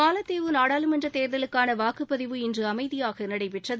மாலத்தீவு நாடாளுமன்ற தேர்தலுக்கான வாக்குப்பதிவு இன்று அமைதியாக நடைபெற்றது